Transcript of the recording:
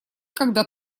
когда